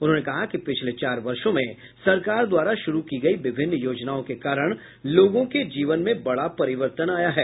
उन्होंने कहा कि पिछले चार वर्षो में सरकार द्वारा शुरू की गई विभिन्न योजनाओं को कारण लोगों के जीवन में बड़ा परिवर्तन आया है